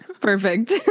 Perfect